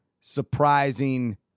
surprising